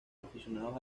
aficionados